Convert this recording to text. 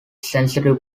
sensitive